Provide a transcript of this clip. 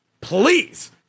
Please